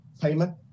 payment